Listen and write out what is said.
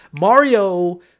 mario